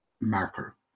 marker